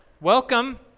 welcome